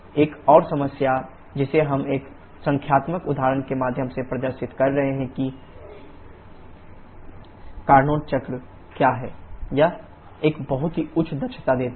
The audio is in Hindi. एक और समस्या जिसे हम एक संख्यात्मक उदाहरण के माध्यम से प्रदर्शित कर रहे हैं कि कार्नोट चक्र क्या है यह एक बहुत ही उच्च दक्षता देता है